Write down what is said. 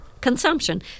consumption